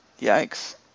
Yikes